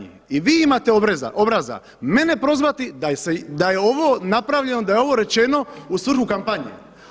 I vi imate obraza mene prozvati da je ovo napravljeno, da je ovo rečeno u svrhu kampanje.